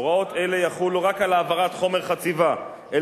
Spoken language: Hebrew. הוראות אלה יחולו רק על העברת חומר חציבה אל